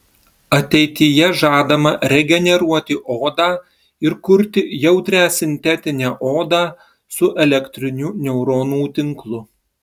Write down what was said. ateityje žadama regeneruoti odą ir kurti jautrią sintetinę odą su elektriniu neuronų tinklu